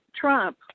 Trump